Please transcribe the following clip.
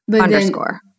Underscore